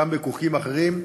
גם בכוכים אחרים,